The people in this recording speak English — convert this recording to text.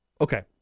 Okay